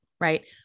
right